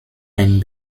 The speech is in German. ein